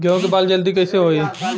गेहूँ के बाल जल्दी कईसे होई?